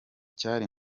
cyari